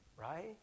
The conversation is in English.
right